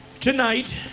tonight